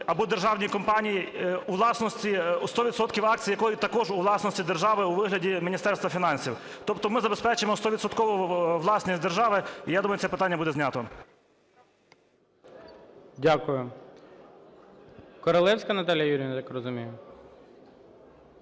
або державній компаній, 100 відсотків акції якої також у власності держави у вигляді Міністерства фінансів. Тобто ми забезпечимо стовідсоткову власність держави, і я думаю, це питання буде знято. ГОЛОВУЮЧИЙ. Дякую. Королевська Наталія Юріївна, я так розумію.